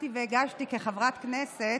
שכתבתי והגשתי כחברת כנסת.